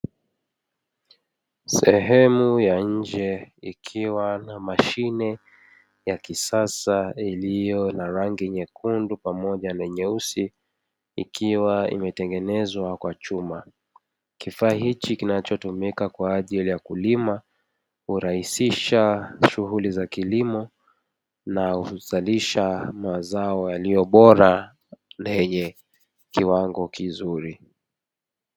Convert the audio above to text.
Sehemu ya nje, ikiwa na mashine ya kisasa iliyo na rangi nyekundu pamoja na nyeusi, ikiwa imetengenezwa kwa chuma. Kifaa hiki kinachotumika kwa ajili ya kulima hurahisisha shughuli za kilimo na huzalisha mazao yaliyo bora na yenye kiwango kizuri.